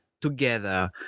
together